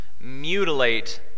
mutilate